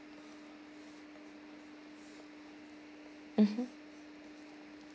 mmhmm